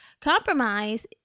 Compromise